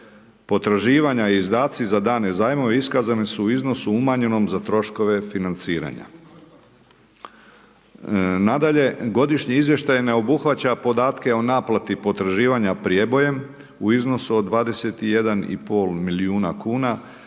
Potraživanja i izdaci za dane zajmove, iskazane su u iznosu u manjenom za troškove financiranja. Nadalje, godišnji izvještaj ne obuhvaća podatke o naplati potraživanje prijebojem, u iznosu od 21,5 milijuna kn,